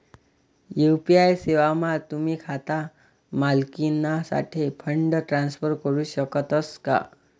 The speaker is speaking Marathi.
यु.पी.आय सेवामा तुम्ही खाता मालिकनासाठे फंड ट्रान्सफर करू शकतस का